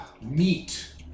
meat